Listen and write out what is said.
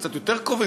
קצת יותר קרובים,